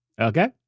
Okay